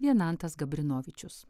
vienantas gabrinovičius